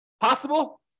Possible